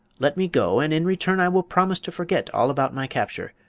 let me go, and in return i will promise to forget all about my capture.